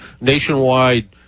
nationwide